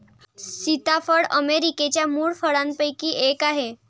सीताफळ अमेरिकेच्या मूळ फळांपैकी एक आहे